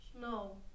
no